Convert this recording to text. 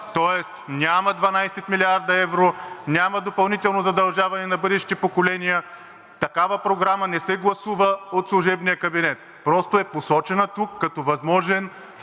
Тоест няма 12 млрд. евро, няма допълнително задължаване на бъдещите поколения и такава програма не се гласува от служебния кабинет! Просто е посочена тук като възможен